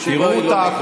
הופכת אותה לחותמת גומי.